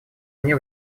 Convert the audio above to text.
мне